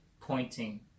pointing